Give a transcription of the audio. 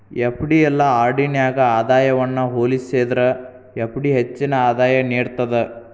FD ಇಲ್ಲಾ RD ನ್ಯಾಗ ಆದಾಯವನ್ನ ಹೋಲಿಸೇದ್ರ ಎಫ್.ಡಿ ಹೆಚ್ಚಿನ ಆದಾಯ ನೇಡ್ತದ